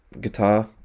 guitar